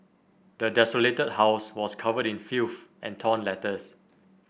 the desolated house was covered in filth and torn letters